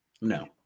No